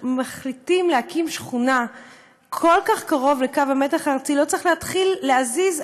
כשמחליטים להקים שכונה כל כך קרוב לקו המתח הארצי לא צריך להתחיל להזיז,